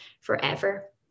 forever